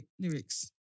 Lyrics